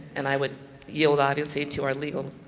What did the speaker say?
and i would yield, obviously, to our legal